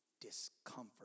discomfort